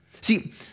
see